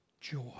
joy